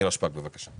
נירה שפק, בבקשה.